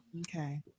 Okay